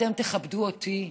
ושאתם תכבדו אותי.